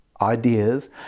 ideas